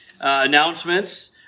Announcements